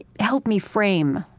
helped me frame,